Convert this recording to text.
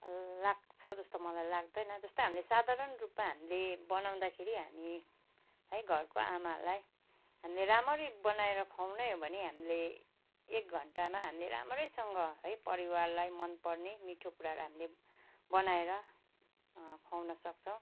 लाग्छ जस्तो मलाई लाग्दैन जस्तो हामीले साधारण रूपमा हामीले बनाउँदाखेरि हामी है घरको आमाहरूलाई हामी राम्ररी बनाएर खुवाउनु हो भने हामीले एक घन्टामा हामीले राम्रैसँग है परिवारलाई मन पर्ने मिठो कुरा हामीले बनाएर खुवाउन सक्छौँ